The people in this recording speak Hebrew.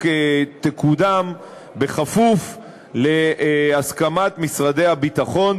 תקודם בכפוף להסכמת משרדי הביטחון,